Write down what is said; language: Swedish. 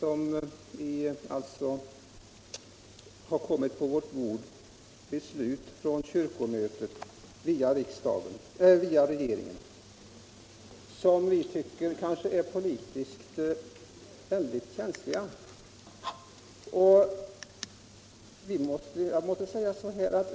Vi vill korrigera vissa beslut av kyrkomötet som via regeringen har kommit på vårt bord och som vi tycker är politiskt känsliga.